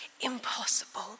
impossible